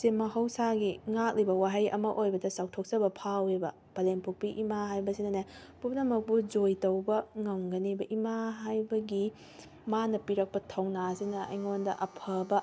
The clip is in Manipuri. ꯁꯤ ꯃꯍꯧꯁꯥꯒꯤ ꯉꯥꯛꯂꯤꯕ ꯋꯥꯍꯩ ꯑꯃ ꯑꯣꯏꯕꯗ ꯆꯥꯎꯊꯣꯛꯆꯕ ꯐꯥꯎꯋꯦꯕ ꯄꯂꯦꯝ ꯄꯣꯛꯄꯤ ꯏꯃꯥ ꯍꯥꯏꯕꯁꯤꯅꯅꯦ ꯄꯨꯝꯅꯃꯛꯄꯨ ꯖꯣꯏ ꯇꯧꯕ ꯉꯝꯒꯅꯦꯕ ꯏꯃꯥ ꯍꯥꯏꯕꯒꯤ ꯃꯥꯅ ꯄꯤꯔꯛꯄ ꯊꯧꯅꯥꯁꯤꯅ ꯑꯩꯉꯣꯟꯗ ꯑꯐꯕ